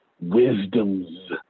wisdoms